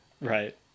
Right